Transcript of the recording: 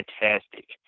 fantastic